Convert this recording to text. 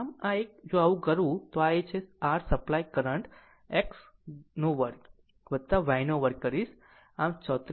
આમ આ એક જો આવું કરવું તો આ છે r સપ્લાય કરંટ x વર્ગ y વર્ગ કરીશ